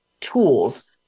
tools